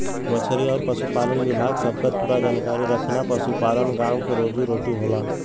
मछरी आउर पसुपालन विभाग सबकर पूरा जानकारी रखना पसुपालन गाँव क रोजी रोटी होला